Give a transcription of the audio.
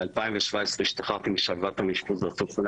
ב-2012 השתחררתי משלוותה מאשפוז רצוף.